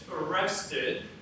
arrested